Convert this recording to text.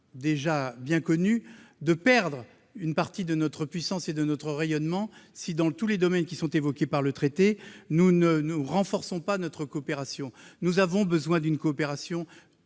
bien connu de perdre une partie de notre puissance et de notre rayonnement, si, dans les domaines qui font l'objet du traité, nous ne renforçons pas notre coopération. Nous avons besoin d'une coopération